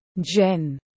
Jen